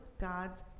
God's